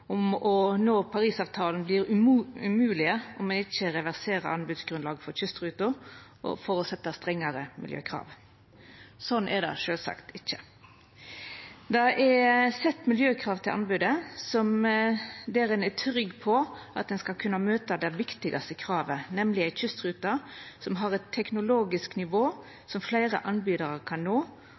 å nå måla i Paris-avtalen om me ikkje reverserer anbodsgrunnlaget for kystruta for å stilla strengare miljøkrav. Slik er det sjølvsagt ikkje. Det er stilt miljøkrav til anbodet som gjer meg trygg på at me skal kunna møta det viktigaste kravet, nemleg ei kystrute som har eit teknologisk nivå som fleire anbydarar kan nå,